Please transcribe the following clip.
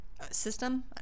system